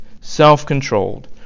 self-controlled